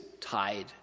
tied